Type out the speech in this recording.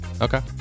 Okay